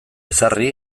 ezarri